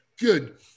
good